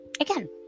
again